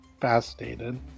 fascinated